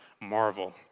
marvel